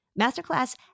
Masterclass